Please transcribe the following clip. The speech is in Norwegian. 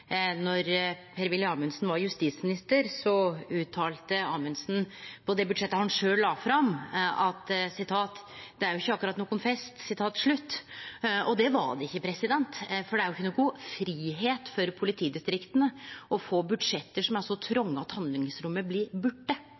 Amundsen var justisminister, uttalte han – om det budsjettet han sjølv la fram – at det var jo ikkje akkurat nokon fest. Og det var det ikkje, for det er jo ikkje nokon fridom for politidistrikta å få budsjett som er så tronge at handlingsrommet blir